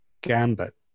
gambit